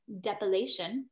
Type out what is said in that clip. depilation